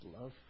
love